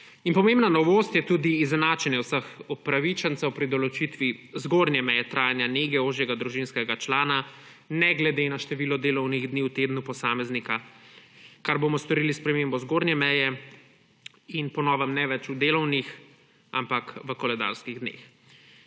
Pomembna novost je tudi izenačenje vseh upravičencev pri določitvi zgornje meje trajanja nege ožjega družinskega člana ne glede na število delovnih dni v tednu posameznika, kar bomo storili s spremembo zgornje meje po novem ne več v delovnih, ampak v koledarskih dneh.